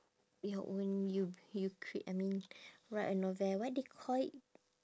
your own you you cre~ I mean write a novel what they call it